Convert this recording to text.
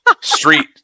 Street